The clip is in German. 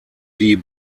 die